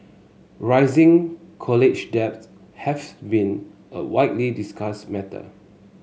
rising college debt has been a widely discussed matter